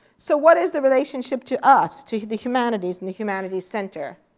so what is the relationship to us, to the humanities and the humanities center?